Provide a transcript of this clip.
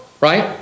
right